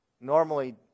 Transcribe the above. normally